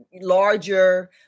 larger